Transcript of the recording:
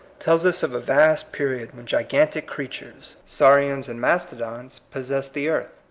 tells us of a vast period when gigantic creatures, sauri ans and mastodons, possessed the earth.